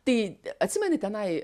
tai atsimeni tenai